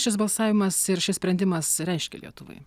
šis balsavimas ir šis sprendimas reiškia lietuvai